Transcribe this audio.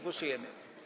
Głosujemy.